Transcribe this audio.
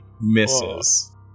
Misses